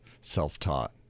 self-taught